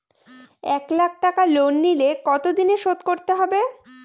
এক লাখ টাকা লোন নিলে কতদিনে শোধ করতে হবে?